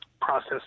process